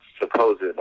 supposed